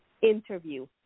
interview